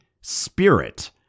Spirit